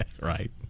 Right